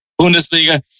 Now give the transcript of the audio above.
Bundesliga